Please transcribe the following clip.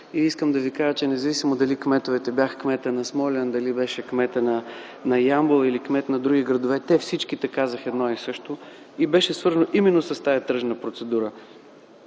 и искам да ви кажа, че независимо дали беше кметът на Смолян, дали беше кметът на Ямбол или кметове на други градове, те всички казаха едно и също и беше свързано именно с тази тръжна процедура: